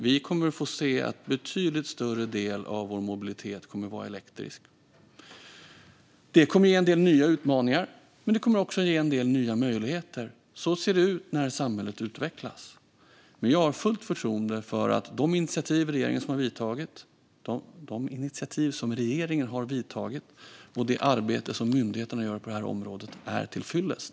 Vi kommer att få se att en betydligt större del av vår mobilitet är elektrisk. Detta kommer att ge en del nya utmaningar, men det kommer också att ge en del nya möjligheter. Så ser det ut när samhället utvecklas. Jag har fullt förtroende för att de initiativ som regeringen har tagit och det arbete som myndigheterna gör på detta område är till fyllest.